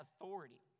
authority